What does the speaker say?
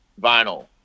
vinyl